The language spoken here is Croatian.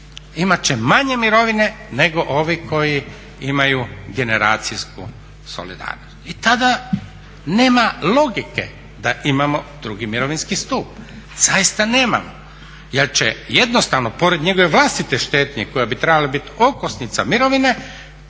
imat će manje mirovine nego ovi koji imaju generacijsku solidarnost i tada nema logike da imamo drugi mirovinski stup, zaista nemamo jer će jednostavno pored njegove vlastite štednje koja bi trebala biti okosnica mirovine